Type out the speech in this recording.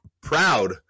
proud